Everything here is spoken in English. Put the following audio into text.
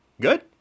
Good